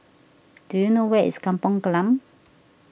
do you know where is Kampong Glam